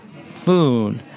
food